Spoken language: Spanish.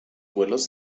vuelos